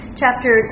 chapter